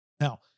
Now